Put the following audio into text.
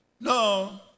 No